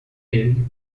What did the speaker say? ele